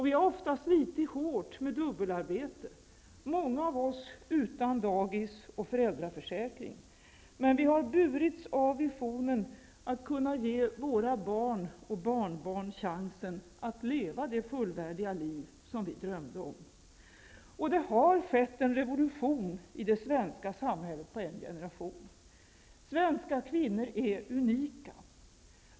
Vi har ofta slitit hårt med dubbelarbete -- många av oss utan dagis och föräldraförsäkring -- men vi har burits av visionen att kunna ge våra barn och barnbarn chansen att leva det fullvärdiga liv som vi drömde om. Det har skett en revolution i det svenska samhället på en generation. Svenska kvinnor är unika.